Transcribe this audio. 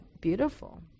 beautiful